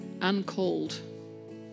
uncalled